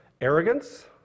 arrogance